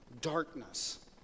Darkness